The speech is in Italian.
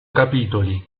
capitoli